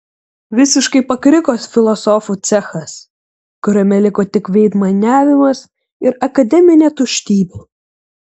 visiškai pakriko filosofų cechas kuriame liko tik veidmainiavimas ir akademinė tuštybė